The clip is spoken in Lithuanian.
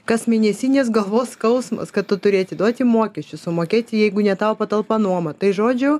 kasmėnesinis galvos skausmas kad tu turi atiduoti mokesčius sumokėti jeigu ne tavo patalpa nuomą tai žodžiu